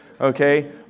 Okay